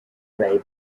ray